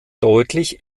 deutlich